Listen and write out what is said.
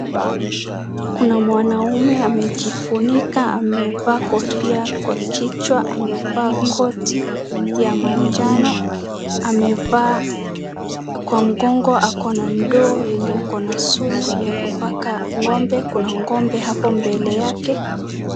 Kuna mwanaume amejifunika, amevaa kofia kwa kichwa, amevaa koti ya manjano, amevaa, kwa mgongo akona ndoo yenye ikona sumu ya kupaka ng'ombe, kuna ng'ombe hapo mbele yake.